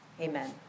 Amen